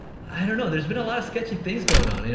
i don't know, there's been a lot of sketchy things going on, you know